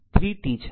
3t છે